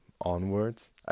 onwards